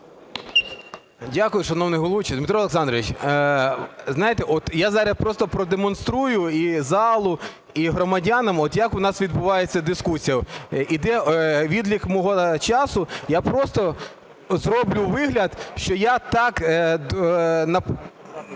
Дякую, шановний головуючий. Дмитро Олександрович, знаєте, от я зараз просто продемонструю і залу, і громадянам, як у нас відбувається дискусія. Іде відлік мого часу. Я просто зроблю вигляд, що я так